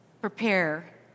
prepare